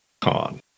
con